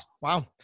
Wow